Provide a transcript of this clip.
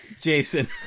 Jason